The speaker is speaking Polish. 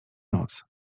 noc